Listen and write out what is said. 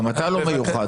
גם אתה לא מיוחד.